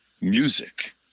music